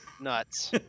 nuts